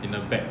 in the bag